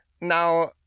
Now